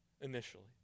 initially